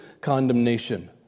condemnation